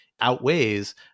outweighs